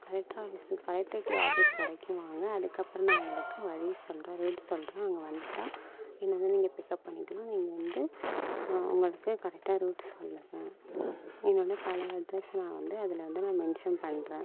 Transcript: collector office collectorate office வரைக்கும் வாங்க அதுக்கப்புறம் நான் உங்களுக்கு வழி சொல்கிறேன் ரூட் சொல்கிறேன் அங்கே வந்துவிட்டா என்ன வந்து நீங்கள் பிக்கப் பண்ணிக்கலாம் நீங்கள் வந்து உங்களுக்கு கரெக்டா ரூட் சொல்லுவேன் என்னோடய பழைய அட்ரஸ் நான் வந்து அதில் வந்து நான் மென்ஷன் பண்ணுறேன்